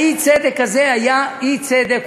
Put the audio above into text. האי-צדק הזה היה אי-צדק,